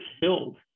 filled